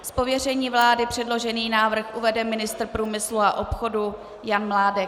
Z pověření vlády předložený návrh uvede ministr průmyslu a obchodu Jan Mládek.